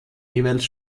jeweils